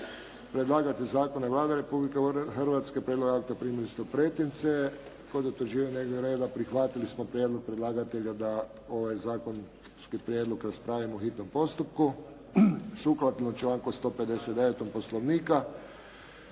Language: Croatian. Predlagatelj zakona je Vlada Republike Hrvatske. Prijedlog akta primili ste u pretince. Kod utvrđivanja dnevnog reda prihvatili smo prijedlog predlagatelja da ovaj zakonski prijedlog raspravimo u hitnom postupku, sukladno članku 159. Poslovnika.